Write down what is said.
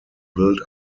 built